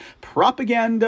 propaganda